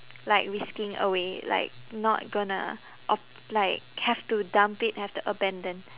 like risking away like not gonna of~ like have to dump it have to abandon